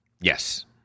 Yes